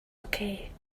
okay